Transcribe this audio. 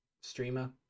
streamer